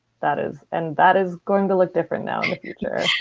that is and that is going to look different now in the future.